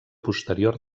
posterior